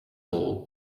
all